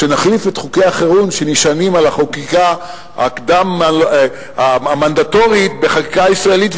שנחליף את חוקי החירום שנשענים על החקיקה המנדטורית בחקיקה ישראלית.